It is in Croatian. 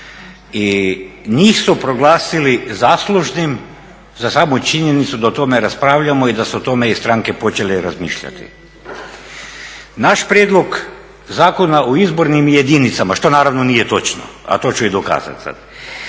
I njih su proglasili zaslužnim za samu činjenicu da o tome raspravljamo i da su o tome i stranke počele razmišljati. Naš Prijedlog zakona o izbornim jedinicama, što naravno nije točno a to ću i dokazati sad,